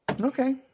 Okay